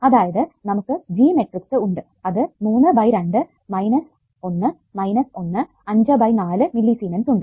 അതായത് നമുക്ക് G matrix ഉണ്ട് അത് 3 by 2 minus 1 minus 1 5 by 4 millisiemens ഉണ്ട്